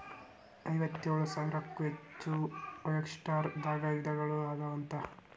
ಐವತ್ತೇಳು ಸಾವಿರಕ್ಕೂ ಹೆಚಗಿ ಒಯಸ್ಟರ್ ದಾಗ ವಿಧಗಳು ಅದಾವಂತ